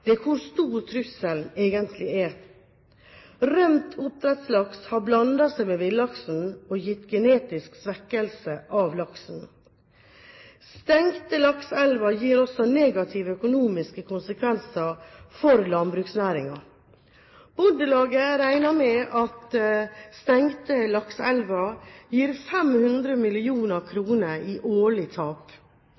hvor stor trusselen egentlig er. Rømt oppdrettslaks har blandet seg med villaksen og gitt genetisk svekkelse av laksen. Stengte lakseelver gir også negative økonomiske konsekvenser for landbruksnæringen. Bondelaget regner med at stengte lakseelver gir 500